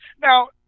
Now